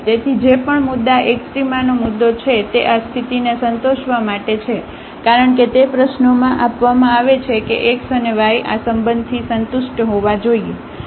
તેથી જે પણ મુદ્દા એક્સ્ટ્રામાનો મુદ્દો છે તે આ સ્થિતિને સંતોષવા માટે છે કારણ કે તે પ્રશ્નોમાં આપવામાં આવે છે કે xઅને y આ સંબંધથી સંતુષ્ટ હોવા જોઈએ